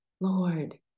Lord